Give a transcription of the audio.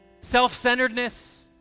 self-centeredness